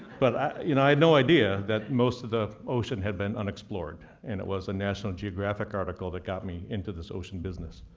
but i you know had no idea that most of the ocean had been unexplored. and it was a national geographic article that got me into this ocean business.